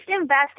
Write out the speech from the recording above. invest